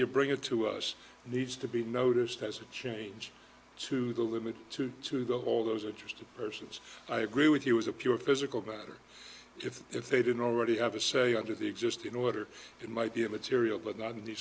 you bring it to us needs to be noticed as a change to the limit to to go all those are just a persons i agree with you as a pure physical matter if if they didn't already have a say under the existing order it might be a material but not